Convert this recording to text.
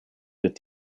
with